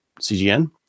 CGN